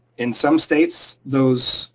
in some states, those